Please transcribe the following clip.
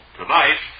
tonight